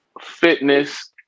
fitness